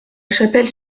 chapelle